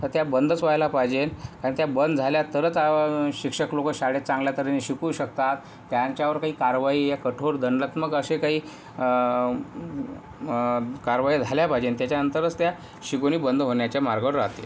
तर त्या बंदच व्हायला पाहिजे कारण त्या बंद झाल्या तरच शिक्षक लोक शाळेत चांगल्या तऱ्हेने शिकू शकतात त्यांच्यावर काही कारवाई या कठोर दंडात्मक असे काही कारवाई झाल्या पाहिजे त्याच्या नंतरच त्या शिकवणी बंद होण्याच्या मार्गावर राहतील